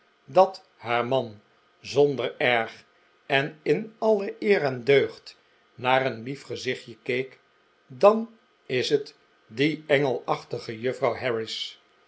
dat haar man zonder erg en in alle eer en deugd naar een lief gezichtje keek dan is het die engelachtige juffrouw